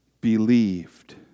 believed